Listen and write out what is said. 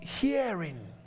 hearing